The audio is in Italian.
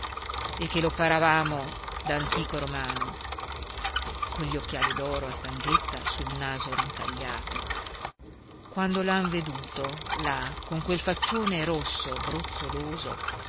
e che lo paravamo da antico romano con gli occhiali d'oro a stanghetta sul naso rincagnato quando lo han veduto là con quel faccione rosso brozzoloso